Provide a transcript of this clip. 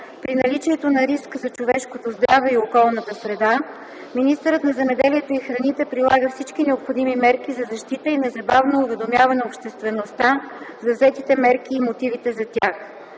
при наличието на риск за човешкото здраве и околната среда, министърът на земеделието и храните прилага всички необходими мерки за защита и незабавно уведомява обществеността за взетите мерки и мотивите за тях.